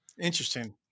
Interesting